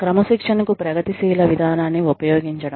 క్రమశిక్షణకు ప్రగతిశీల విధానాన్ని ఉపయోగించడం